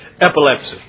epilepsy